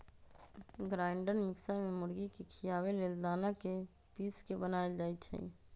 grinder mixer में मुर्गी के खियाबे लेल दना के पिस के बनाएल जाइ छइ